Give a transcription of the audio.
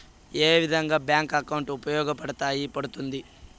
ఏ విధంగా bank account ఉపయోగపడతాయి పడ్తుంది